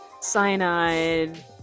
Cyanide